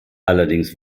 allerdings